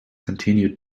continued